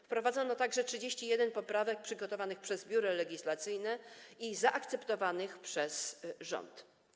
Wprowadzono także 31 poprawek przygotowanych przez Biuro Legislacyjne, które zostały zaakceptowane przez rząd.